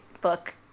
book